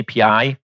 API